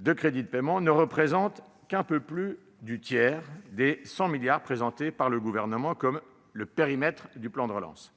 de crédits de paiement, ne représente qu'un peu plus du tiers des 100 milliards d'euros présentés par le Gouvernement comme périmètre du plan de relance.